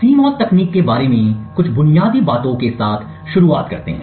CMOS तकनीक के बारे में कुछ बुनियादी बातों के साथ शुरुआत करते हैं